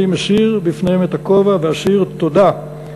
אני מסיר בפניהם את הכובע ואסיר תודה על מעשיהם,